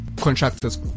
Contractors